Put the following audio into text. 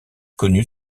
connue